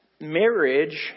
marriage